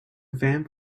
vamp